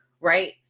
right